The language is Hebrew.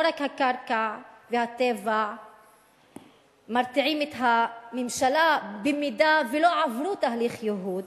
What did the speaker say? לא רק הקרקע והטבע מרתיעים את הממשלה אם לא עברו תהליך ייהוד,